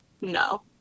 no